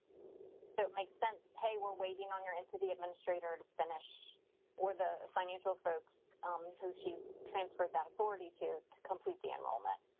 so it makes sense. hey, we're waiting on your entity administrator to finish or the financial folks who she's transferred that authority to, to complete the enrollment.